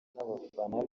n’abafana